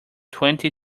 twenty